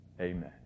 amen